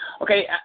Okay